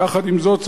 יחד עם זאת,